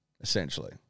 essentially